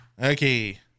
Okay